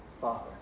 father